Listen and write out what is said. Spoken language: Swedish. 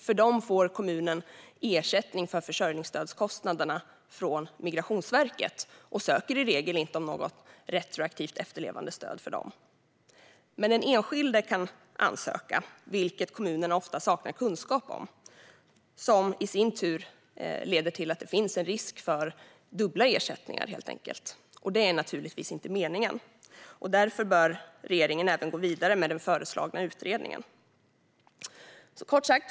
För dem får kommunen ersättning för försörjningsstödskostnaderna från Migrationsverket och ansöker i regel inte om något retroaktivt efterlevandestöd för dem. Men den enskilde kan ansöka om detta, vilket kommunerna ofta saknar kunskap om. Det leder i sin tur till att det finns en risk för dubbla ersättningar, vilket naturligtvis inte är meningen. Därför bör regeringen även gå vidare med den föreslagna utredningen.